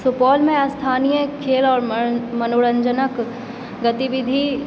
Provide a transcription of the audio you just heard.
सुपौलमे स्थानीय खेल आओर मनोरंजनक गतिविधि